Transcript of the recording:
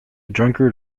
drunkard